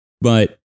But-